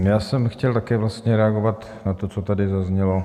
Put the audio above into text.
Já jsem chtěl také vlastně reagovat na to, co tady zaznělo.